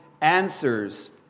answers